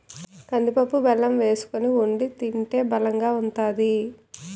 కందిపప్పు బెల్లం వేసుకొని వొండి తింటే బలంగా ఉంతాది